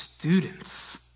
students